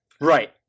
Right